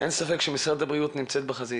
ספק שמשרד הבריאות נמצא בחזית